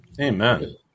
Amen